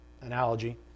analogy